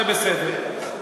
זה בסדר.